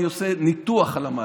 אני עושה ניתוח על המהלך,